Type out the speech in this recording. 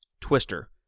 Twister